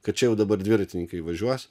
kad čia jau dabar dviratininkai važiuos